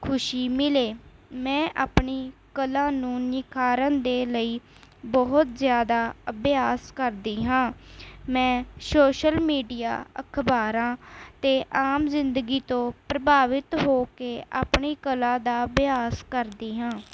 ਖੁਸ਼ੀ ਮਿਲੇ ਮੈਂ ਆਪਣੀ ਕਲਾ ਨੂੰ ਨਿਖਾਰਨ ਦੇ ਲਈ ਬਹੁਤ ਜ਼ਿਆਦਾ ਅਭਿਆਸ ਕਰਦੀ ਹਾਂ ਮੈਂ ਸ਼ੋਸ਼ਲ ਮੀਡੀਆ ਅਖਬਾਰਾਂ ਅਤੇ ਆਮ ਜ਼ਿੰਦਗੀ ਤੋਂ ਪ੍ਰਭਾਵਿਤ ਹੋ ਕੇ ਆਪਣੀ ਕਲਾ ਦਾ ਅਭਿਆਸ ਕਰਦੀ ਹਾਂ